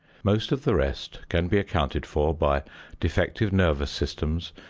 most of the rest can be accounted for by defective nervous systems,